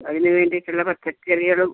അതിന് വേണ്ടിട്ടുള്ള പച്ചക്കറികളും